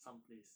some place